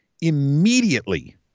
immediately